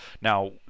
Now